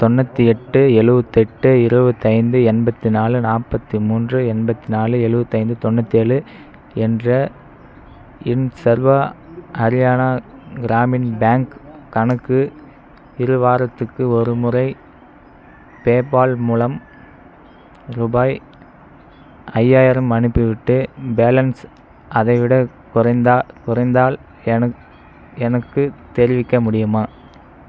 தொண்ணூற்றி எட்டு எழுவத்தெட்டு இருபத்தைந்து எண்பத்து நாலு நாற்பத்தி மூன்று எண்பத்து நாலு எழுவத்தைந்து தொண்ணூற்றேழு என்ற எண் சர்வா ஹரியானா கிராமின் பேங்க் கணக்கு இரு வாரத்துக்கு ஒரு முறை பேபால் மூலம் ரூபாய் ஐயாயிரம் அனுப்பிவிட்டு பேலன்ஸ் அதைவிட குறைந்தா குறைந்தால் என எனக்கு தெரிவிக்க முடியுமா